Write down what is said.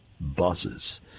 buses